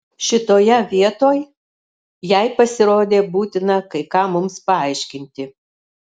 šitoje vietoj jai pasirodė būtina kai ką mums paaiškinti